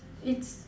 it's